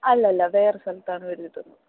അല്ലല്ല വേറെ സ്ഥലത്താണ് വീട് കെട്ടുന്നത്